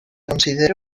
considera